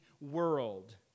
world